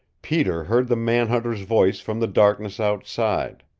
peter heard the man-hunter's voice from the darkness outside.